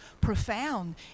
profound